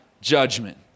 judgment